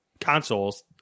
consoles